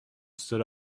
stood